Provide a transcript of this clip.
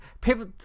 people